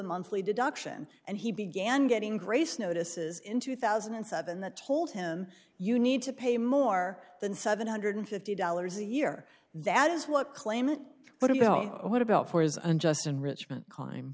monthly deduction and he began getting grace notices in two thousand and seven the told him you need to pay more than seven hundred and fifty dollars a year that is what claimant but what about for his unjust enrichment clim